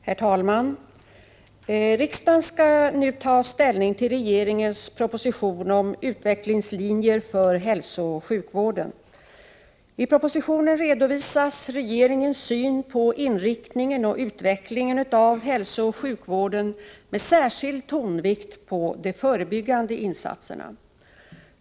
Herr talman! Riksdagen skall nu ta ställning till regeringens proposition om utvecklingslinjer för hälsooch sjukvården. I propositionen redovisas regeringens syn på inriktningen och utvecklingen av hälsooch sjukvården med särskild tonvikt på de förebyggande insatserna.